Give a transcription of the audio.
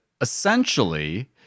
essentially